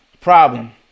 problem